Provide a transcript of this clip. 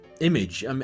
image